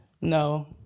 No